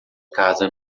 casa